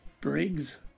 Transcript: Briggs